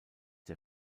der